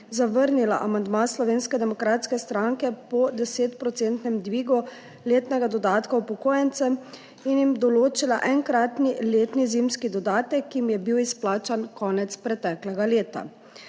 zavrnila amandma Slovenske demokratske stranke za desetodstotni dvig letnega dodatka za upokojence in jim določila enkratni letni zimski dodatek, ki jim je bil izplačan konec preteklega leta.